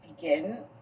begin